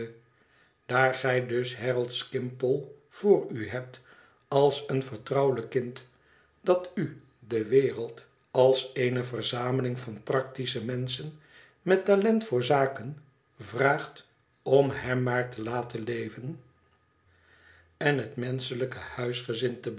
daar gij dus harold skimpole vooru hebt als een vertrouwelijk kind dat u de wereld als eene verzameling van practische menschen met talent voor zaken vraagt om hem maar te laten leven en het